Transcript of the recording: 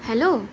hello